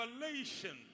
revelation